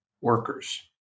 workers